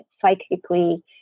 psychically